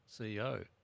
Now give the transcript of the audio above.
CEO